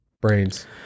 brains